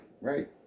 right